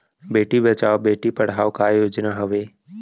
बेटी बचाओ बेटी पढ़ाओ का योजना हवे?